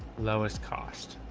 lowest cost.